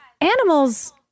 animals